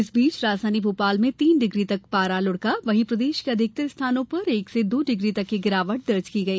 इस बीच राजधानी भोपाल में तीन डिग्री तक पारा लुढ़का वहीं प्रदेश के अधिकतर स्थानों पर एक से दो डिग्री तक की गिरावट दर्ज की गई